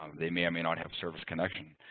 um they may or may not have service connection.